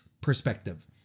perspective